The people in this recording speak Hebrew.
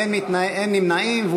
אין נמנעים.